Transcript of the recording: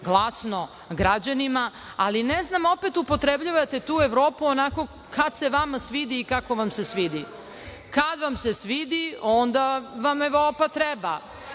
glasno građanima. Ali ne znam, opet upotrebljavate tu Evropu onako kad se vama svidi i kako vam se svidi. Kad vam se svidi, onda vam Evropa treba.